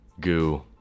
goo